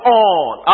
on